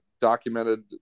documented